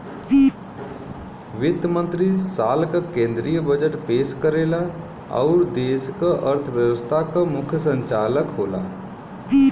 वित्त मंत्री साल क केंद्रीय बजट पेश करेला आउर देश क अर्थव्यवस्था क मुख्य संचालक होला